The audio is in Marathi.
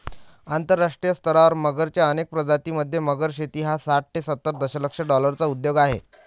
आंतरराष्ट्रीय स्तरावर मगरच्या अनेक प्रजातीं मध्ये, मगर शेती हा साठ ते सत्तर दशलक्ष डॉलर्सचा उद्योग आहे